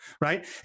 Right